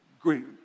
Great